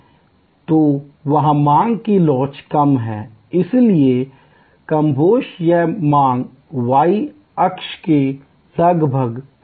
तो वहाँ मांग की लोच कम है इसलिए कमोबेश यह मांग y अक्ष के लगभग स्थिर होगी